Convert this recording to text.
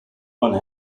one